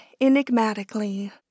enigmatically